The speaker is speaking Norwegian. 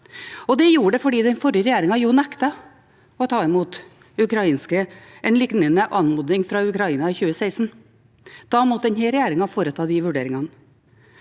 det gjorde det fordi den forrige regjeringen nektet å ta imot en liknende anmodning fra Ukraina i 2016. Da måtte denne regjeringen foreta de vurderingene.